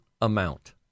amount